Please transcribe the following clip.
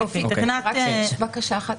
בקשה אחת.